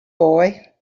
boy